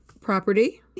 property